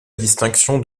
distinction